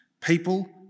people